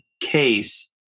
case